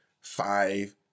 five